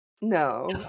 No